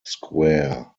square